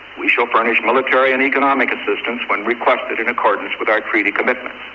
we shall furnish military and economic assistance when requested in accordance with our treaty commitments.